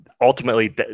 ultimately